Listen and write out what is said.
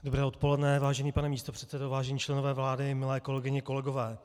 Dobré odpoledne, vážený pane místopředsedo, vážení členové vlády, milé kolegyně a kolegové.